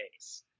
case